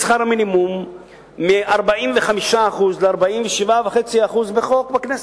שכר המינימום מ-45% ל-47.5% בחוק בכנסת.